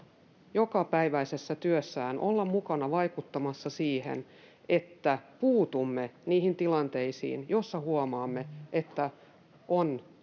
jokapäiväisessä työssään olla mukana vaikuttamassa siihen, että puutumme niihin tilanteisiin, joissa huomaamme, että on